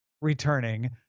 returning